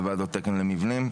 בוועדות תקן למבנים,